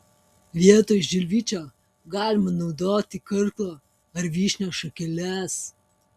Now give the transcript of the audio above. vietoj žilvičio galima naudoti karklo ar vyšnios šakeles